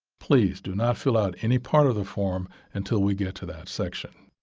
please, do not fill out any part of the form until we get to that section.